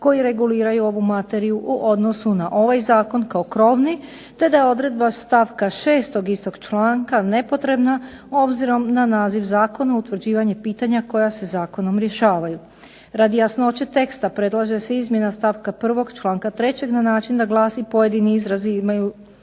koji reguliraju ovu materiju u odnosu na ovaj zakon kao krovni te da je odredba stavka 6. istog članka nepotrebna obzirom na naziv zakona, utvrđivanja pitanja koja se zakonom rješavaju. Radi jasnoće teksta predlaže se izmjena stavka 1. članka 3. na način da glasi: pojedini izrazi imaju